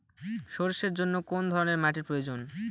সরষের জন্য কোন ধরনের মাটির প্রয়োজন?